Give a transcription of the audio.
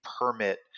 permit